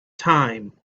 time